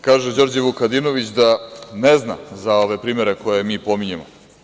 Kaže Đorđe Vukadinović da ne zna za ove primere koje mi pominjemo.